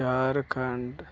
Jharkhand